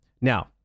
Now